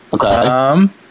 Okay